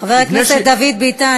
חבר הכנסת דוד ביטן,